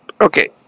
Okay